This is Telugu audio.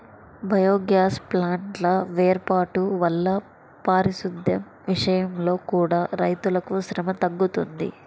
బయోగ్యాస్ ప్లాంట్ల వేర్పాటు వల్ల పారిశుద్దెం విషయంలో కూడా రైతులకు శ్రమ తగ్గుతుంది